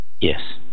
Yes